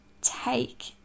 take